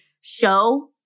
show